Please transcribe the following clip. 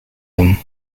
them